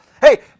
Hey